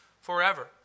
forever